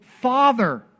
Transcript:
father